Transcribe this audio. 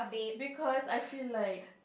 because I feel like